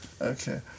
Okay